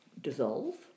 dissolve